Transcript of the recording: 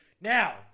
now